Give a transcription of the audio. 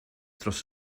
dros